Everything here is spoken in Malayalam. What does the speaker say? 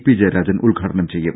പി ജയരാജൻ ഉദ്ഘാടനം ചെയ്യും